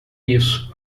isso